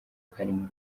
karimo